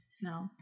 No